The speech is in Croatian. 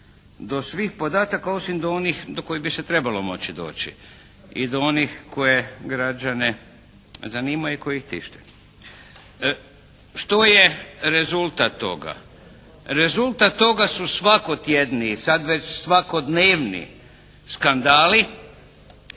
do svih podataka osim do onih do kojih bi se trebalo moći doći i do onih koji građane zanimaju, koji ih tište. Što je rezultat toga? Rezultat toga su svakotjedni i sad već svakodnevni skandali